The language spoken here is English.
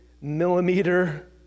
millimeter